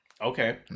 Okay